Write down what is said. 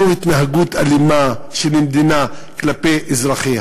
זו התנהגות אלימה של מדינה כלפי אזרחיה.